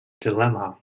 dilemma